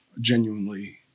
genuinely